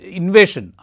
invasion